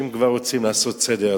אני חושב שאם כבר רוצים לעשות סדר,